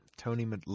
Tony